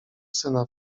syna